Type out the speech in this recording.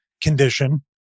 condition